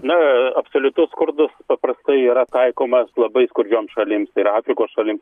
na absoliutus skurdas paprastai yra taikomas labai kur joms šalims tai yra afrikos šalims